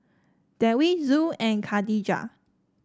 Dewi Zul and Khadija